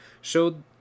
showed